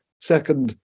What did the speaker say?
second